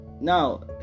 Now